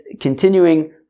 continuing